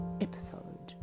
episode